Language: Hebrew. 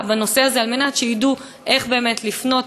בנושא הזה על מנת שידעו איך באמת לפנות,